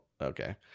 Okay